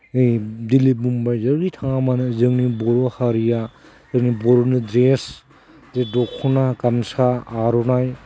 बे दिल्ली मुम्बाइ जेरावखि थाङा मानो जोंनि बर' हारिया जोंनि बर'नि ड्रेस जि दख'ना गामसा आर'नाइ